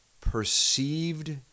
perceived